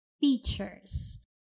features